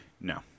No